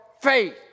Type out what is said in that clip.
faith